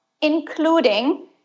including